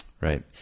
Right